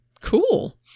cool